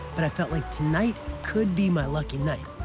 but i felt like tonight could be my lucky night.